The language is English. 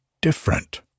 different